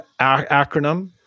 acronym